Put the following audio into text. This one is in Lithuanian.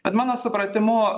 bet mano supratimu